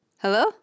Hello